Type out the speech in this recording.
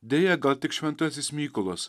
deja gal tik šventasis mykolas